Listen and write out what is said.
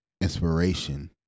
inspiration